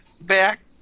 back